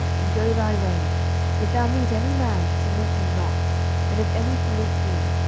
and go thy way if thou meet any man, salute him not and if any salute thee,